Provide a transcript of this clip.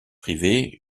privé